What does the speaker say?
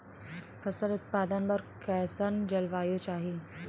फसल उत्पादन बर कैसन जलवायु चाही?